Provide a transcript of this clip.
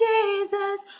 Jesus